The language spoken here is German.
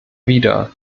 wieder